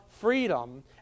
freedom